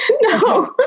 No